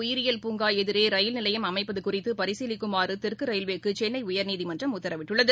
உயிரியல் பூங்காஎதிரேயில் வண்டலூர் நிலையம் அமைப்பதுகுறித்துபரிசீலிக்குமாறுதெற்குரயில்வேக்குசென்னைஉயர்நீதிமன்றம் உத்தரவிட்டுள்ளது